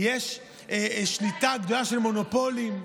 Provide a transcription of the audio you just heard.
יש שליטה של מונופולים.